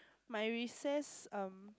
my recess um